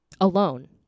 alone